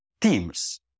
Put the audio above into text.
teams